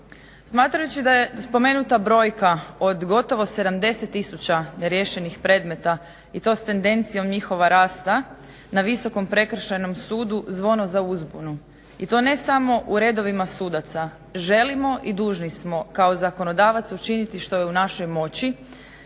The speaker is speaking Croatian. Smatrajući da je spomenuta brojka od gotovo 70 tisuća neriješenih predmeta i to s tendencijom njihova rasta na Visokom prekršajnom sudu zvono za uzbunu i to ne samo u redovima sudaca. Želimo i dužni smo kao zakonodavac učiniti što je u našoj moći,